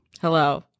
Hello